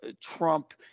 Trump